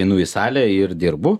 einu į salę ir dirbu